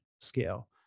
scale